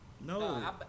No